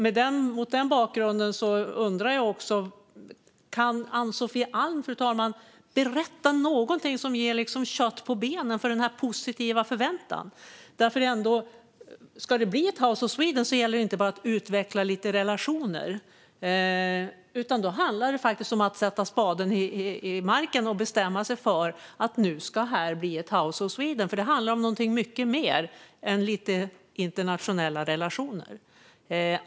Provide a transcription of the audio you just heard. Mot den bakgrunden undrar jag, fru talman, om Ann-Sofie Alm kan berätta något som ger kött på benen för en positiv förväntan. Om det ska bli ett House of Sweden gäller det inte bara att utveckla lite relationer, utan då handlar det faktiskt om att sätta spaden i jorden och bestämma sig för att här ska bli ett House of Sweden. Det handlar om något mycket mer än lite internationella relationer.